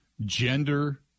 gender